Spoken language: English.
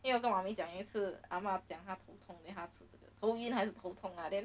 因为我跟妈咪讲也是啊嘛讲她头痛她是不懂头晕还是头痛 then